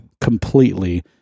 completely